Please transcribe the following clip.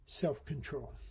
Self-control